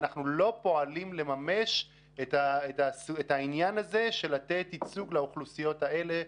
אנחנו לא פועלים לממש את העניין הזה של לתת ייצוג לאוכלוסיות האלה,